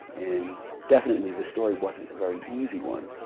and definitely the story wasn't a very easy one.